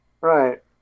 Right